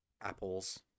Apples